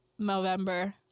November